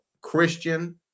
Christian